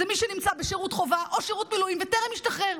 זה מי שנמצא בשירות חובה או בשירות מילואים וטרם השתחרר.